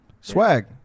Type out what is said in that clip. Swag